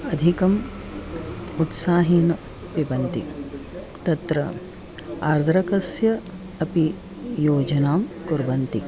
अधिकम् उत्साहेन पिबन्ति तत्र आर्द्रकस्य अपि योजनं कुर्वन्ति